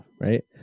right